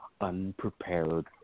unprepared